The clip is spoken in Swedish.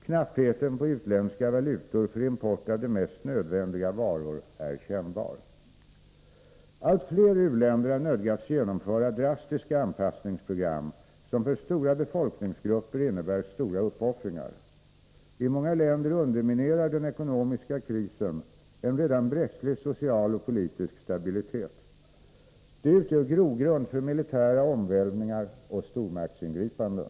Knappheten på utländska valutor Nr 22 för import av de mest nödvändiga varor är kännbar. Allt fler u-länder har Fredagen den nödgats genomföra drastiska anpassningsprogram som för stora befolknings — 11 november 1983 grupper innebär stora uppoffringar. I många länder underminerar denekonomiska krisen en redan bräcklig social och politisk stabilitet. Det utgör Om den ekonomisgrogrund för militära omvälvningar och stormaktsingripande.